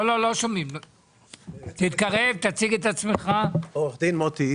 עו"ד מוטי איצקוביץ',